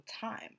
time